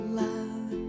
love